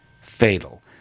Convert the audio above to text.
fatal